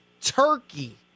turkey